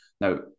Now